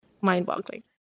Mind-boggling